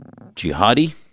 jihadi